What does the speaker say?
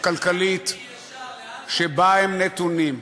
הכלכלית שבה הם נתונים.